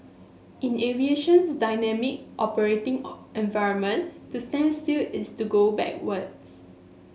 in aviation's dynamic operating environment to stand still is to go backwards